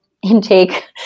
intake